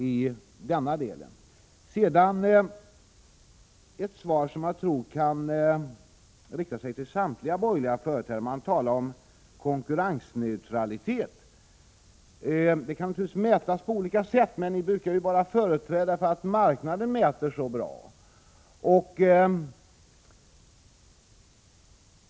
Jag vill också lämna ett svar som kan riktas till samtliga borgerliga företrädare, som talar om konkurrensneutralitet. Den kan naturligtvis mätas på olika sätt, men ni brukar vara företrädare för uppfattningen att marknaden mäter så bra.